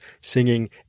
singing